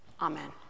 Amen